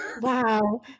Wow